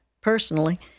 personally